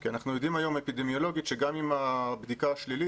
כי אנחנו יודעים היום אפידמיולוגית שגם אם הבדיקה שלילית,